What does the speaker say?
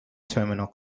terminal